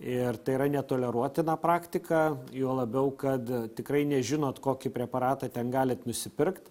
ir tai yra netoleruotina praktika juo labiau kad tikrai nežinot kokį preparatą ten galit nusipirkt